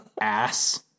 Ass